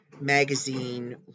magazine